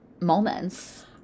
moments